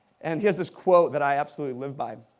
and he has this quote that i absolutely live by.